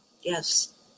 Yes